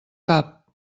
cap